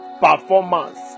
performance